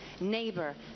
neighbor